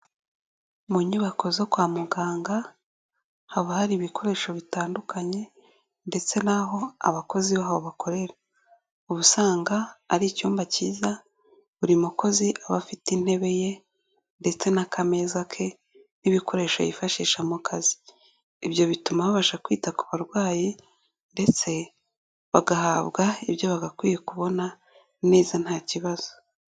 Mu nyubako zo kwa muganga haba hari ibikoresho bitandukanye ndetse n'aho abakozi baho bakorera, uba usanga ari icyumba cyiza buri mukozi aba afite intebe ye ndetse n'akameza ke n'ibikoresho yifashisha mu kazi, ibyo bituma babasha kwita ku barwayi ndetse bagahabwa ibyo bagakwiye kubona neza nta kibazo.